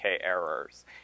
errors